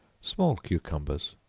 small cucumbers.